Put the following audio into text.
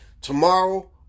Tomorrow